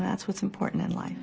that's what's important in life